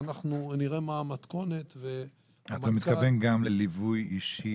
אנחנו נראה מה המתכונת והמנכ"ל --- אתה מתכוון גם לליווי אישי